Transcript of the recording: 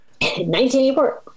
1984